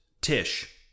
Tish